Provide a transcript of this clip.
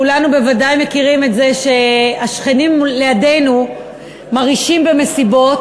כולנו בוודאי מכירים את זה שהשכנים לידנו מרעישים במסיבות,